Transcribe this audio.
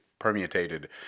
permutated